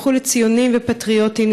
הפכו לציונים ופטריוטים,